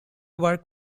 work